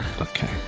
Okay